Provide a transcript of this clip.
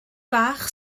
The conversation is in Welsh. bach